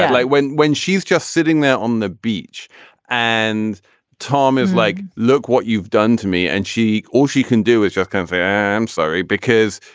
like when. when she's just sitting there on the beach and tom is like look what you've done to me and she or she can do is just can't say i'm sorry because